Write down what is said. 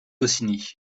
goscinny